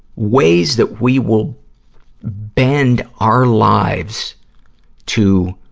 ways that we will bend our lives to,